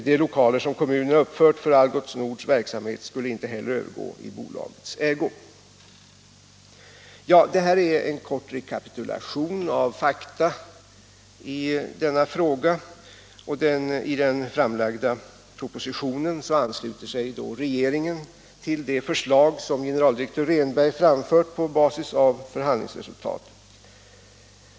De lokaler som kommunerna uppfört för Algots Nords verksamhet skulle inte heller övergå i bolagets ägo. Det här är en kort rekapitulation av fakta i denna fråga. I den framlagda propositionen ansluter sig regeringen till de förslag som generaldirektör Rehnberg framfört på basis av förhandlingsresultaten.